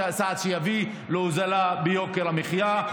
צעד שיביא להוזלה ביוקר המחיה.